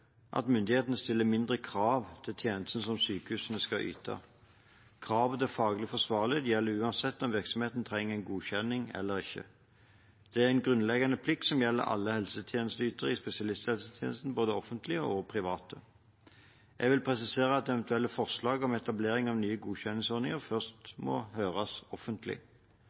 at myndigheten stiller mindre krav til tjenestene som sykehusene skal yte. Kravet om faglig forsvarlighet gjelder uansett om virksomheten trenger en godkjenning eller ikke. Det er en grunnleggende plikt som gjelder alle helsetjenesteytere i spesialisthelsetjenesten, både offentlige og private. Jeg vil presisere at eventuelle forslag om etablering av nye godkjenningsordninger først må høres offentlig.